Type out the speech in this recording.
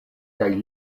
kaj